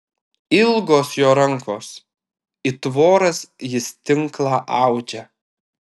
ilgos jo rankos it voras jis tinklą audžia